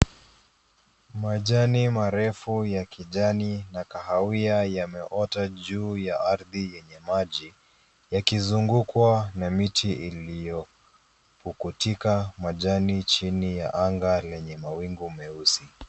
Majani marefu ya kijani na kahawia, yameota juu ya ardhi yenye maji, yakizungukwa na miti iliyo pukutika majani chini ya anga lenye mawingu meusi.